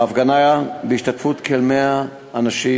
ההפגנה הייתה בהשתתפות של כ-100 אנשים,